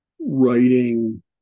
writing